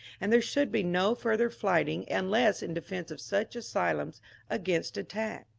and there should be no further fight ing unless in defence of such asylums against attack.